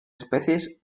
especies